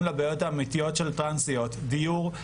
לבעיות האמיתיות של טרנסיות: דיור,